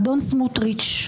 האדון סמוטריץ',